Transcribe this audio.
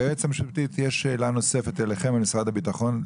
ליועצת המשפטית יש שאלה נוספת למשרד הביטחון.